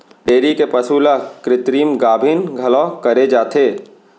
dairy के पसु ल कृत्रिम गाभिन घलौ करे जाथे